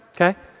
okay